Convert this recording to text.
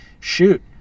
shoot